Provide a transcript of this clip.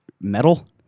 metal